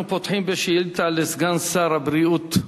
אנחנו פותחים בשאילתא לסגן שר הבריאות,